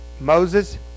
Moses